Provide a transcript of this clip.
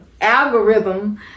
Algorithm